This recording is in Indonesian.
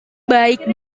baik